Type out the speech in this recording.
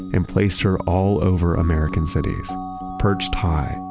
and placed her all over american cities perched high,